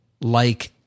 like-